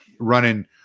running